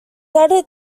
added